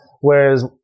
Whereas